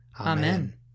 Amen